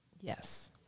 Yes